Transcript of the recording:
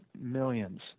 millions